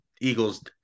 Eagles